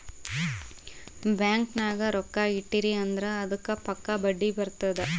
bank ನಾಗ್ ರೊಕ್ಕಾ ಇಟ್ಟಿರಿ ಅಂದುರ್ ಅದ್ದುಕ್ ಪಕ್ಕಾ ಬಡ್ಡಿ ಬರ್ತುದ್